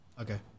Okay